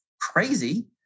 crazy